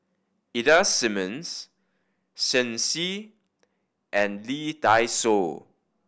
Ida Simmons Shen Xi and Lee Dai Soh